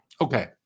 Okay